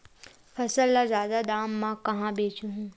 फसल ल जादा दाम म कहां बेचहु?